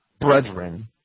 brethren